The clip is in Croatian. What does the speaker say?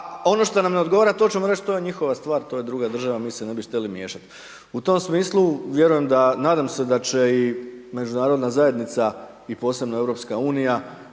ono što nam ne odgovara, to ćemo reći to je njihova stvar, to je druga država, mi se ne bi šteli miješat. U tom smislu, vjerujem da, nadam se da će i međunarodna zajednica i posebno Europska unija